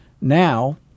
now